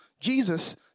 Jesus